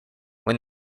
when